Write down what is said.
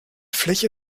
fläche